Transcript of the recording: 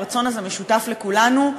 והרצון הזה משותף לכולנו,